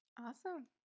awesome